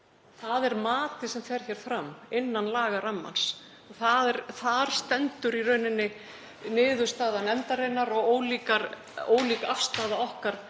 Það er matið sem fer hér fram innan lagarammans. Þar stendur í rauninni niðurstaða nefndarinnar og ólík afstaða okkar